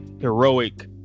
heroic